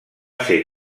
ser